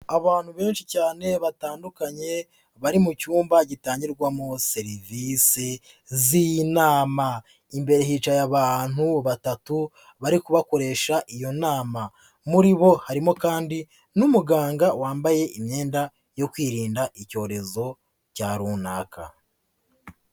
Abantu benshi cyane batandukanye bari mu cyumba gitangirwamo serivisi z'inama. Imbere hicaye abantu batatu bari kubakoresha iyo nama. Muri bo harimo kandi n'umuganga wambaye imyenda yo kwirinda icyorezo cya runaka.